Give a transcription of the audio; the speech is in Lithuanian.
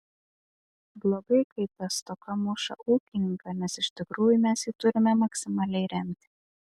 blogai kai ta stoka muša ūkininką nes iš tikrųjų mes jį turime maksimaliai remti